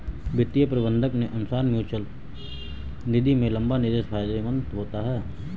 वित्तीय प्रबंधक के अनुसार म्यूचअल निधि में लंबा निवेश फायदेमंद होता है